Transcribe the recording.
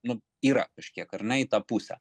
nu yra kažkiek ar ne į tą pusę